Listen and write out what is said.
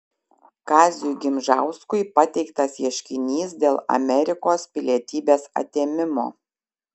kaziui gimžauskui pateiktas ieškinys dėl amerikos pilietybės atėmimo